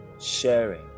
sharing